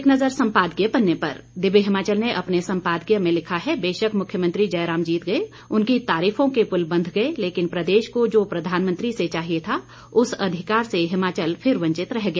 एक नज़र सम्पादकीय पन्ने पर दिव्य हिमाचल ने अपने संपादकीय में लिखा है बेशक मुख्यमंत्री जयराम जीत गए उनकी तारीफों के पुल बंध गए लेकिन प्रदेश को जो प्रधानमंत्री से चाहिए था उस अधिकार से हिमाचल फिर वंचित रह गया